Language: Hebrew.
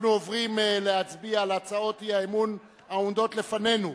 אנחנו עוברים להצביע על הצעות האי-אמון העומדות לפנינו.